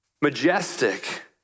majestic